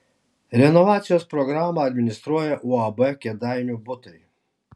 renovacijos programą administruoja uab kėdainių butai